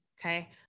okay